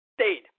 stayed